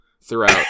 throughout